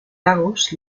lagos